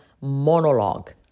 monologue